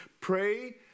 pray